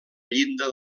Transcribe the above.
llinda